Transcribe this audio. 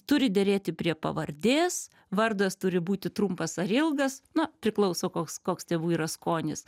turi derėti prie pavardės vardas turi būti trumpas ar ilgas na priklauso koks koks tėvų yra skonis